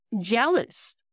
jealous